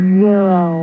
zero